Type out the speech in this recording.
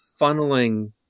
funneling